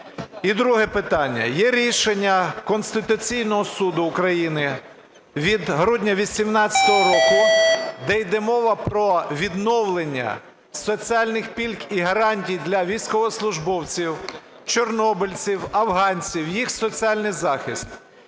І друге питання. Є рішення Конституційного Суду України від грудня 18-го року, де йде мова про відновлення соціальних пільг і гарантій для військовослужбовців, чорнобильців, афганців, їх соціальний захист.